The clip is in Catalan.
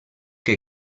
que